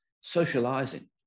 socializing